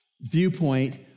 viewpoint